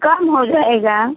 कम हो जाएगा